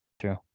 True